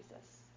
Jesus